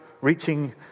reaching